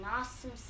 awesome